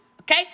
Okay